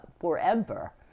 forever